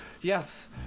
Yes